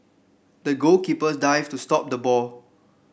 the goalkeeper dived to stop the ball